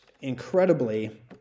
incredibly